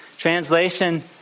Translation